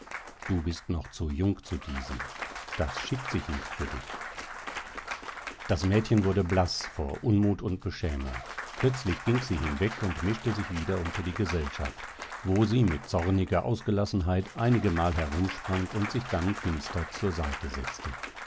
du bist noch zu jung zu diesem das schickt sich nicht für dich das mädchen wurde blaß vor unmut und beschämung plötzlich ging sie hinweg und mischte sich wieder unter die gesellschaft wo sie mit zorniger ausgelassenheit einigemal herumsprang und sich dann finster zur seite setzte